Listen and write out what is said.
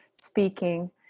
speaking